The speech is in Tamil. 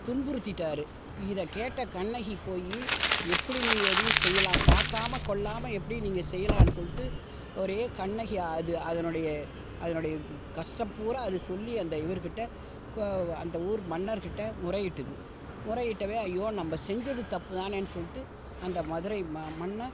துன்புறுத்திட்டார் இதை கேட்ட கண்ணகி போய் எப்படி நீங்கள் எதையும் செய்யலாம் பார்க்காம கொள்ளாமல் எப்படி நீங்கள் செய்யலாம்னு சொல்லிட்டு ஒரே கண்ணகி அது அதனுடைய அதனுடைய கஷ்டம் பூராக அது சொல்லி அந்த இவர்க்கிட்ட கோ அந்த ஊர் மன்னர்க்கிட்ட முறையிட்டுது முறையிட்டவே ஐயோ நம்ம செஞ்சது தப்பு தானேன்னு சொல்லிட்டு அந்த மதுரை ம மன்னன்